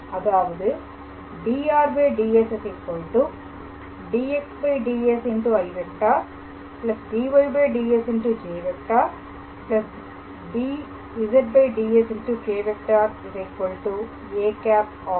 அதாவது dr ds dxds i dyds j dr ds k̂ â ஆகும்